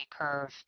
curve